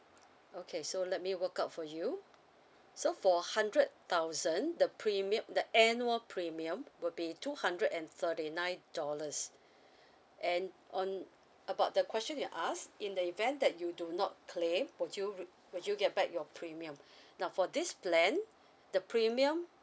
okay so let me work out for you so for hundred thousand the premium the annual premium would be two hundred and thirty nine dollars and on about the question you ask in the event that you do not claim would you would you get back your premium now for this plan the premium